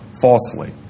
falsely